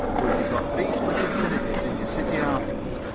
but you've got three split infinitives in your city article.